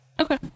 Okay